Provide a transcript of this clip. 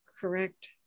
correct